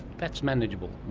that's manageable.